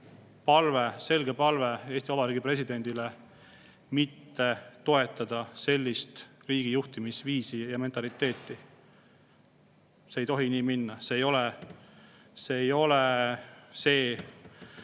palve, selge palve Eesti Vabariigi presidendile: mitte toetada sellist riigi juhtimise viisi ja mentaliteeti. See ei tohi nii minna, see ei ole see,